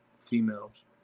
females